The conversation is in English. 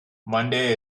monday